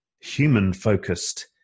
human-focused